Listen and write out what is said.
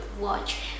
watch